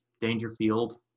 Dangerfield